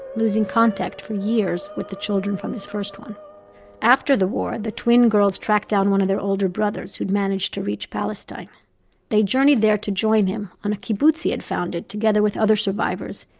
losing contact, for years, with the children from his first one after the war, the twin girls tracked down one of their older brothers who had managed to reach palestine they journeyed there to join him, on a kibbutz he had founded, together with other survivors,